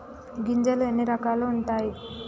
గింజలు ఎన్ని రకాలు ఉంటాయి?